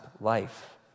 life